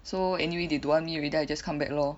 so anyway they don't want me already then I just come back lor